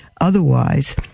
Otherwise